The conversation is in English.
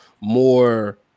more